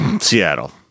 Seattle